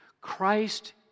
Christ